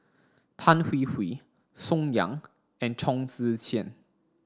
Tan Hwee Hwee Song Yeh and Chong Tze Chien